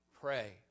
pray